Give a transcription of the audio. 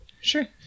sure